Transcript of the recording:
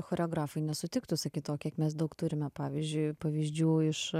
choreografai nesutiktų sakyt to kiek mes daug turime pavyzdžiui pavyzdžių iš